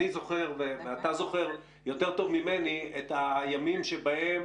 אני זוכר ואתה זוכר יותר טוב ממני את הימים שבהם